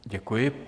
Děkuji.